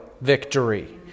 victory